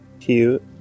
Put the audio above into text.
Cute